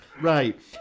Right